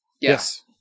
Yes